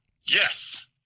Yes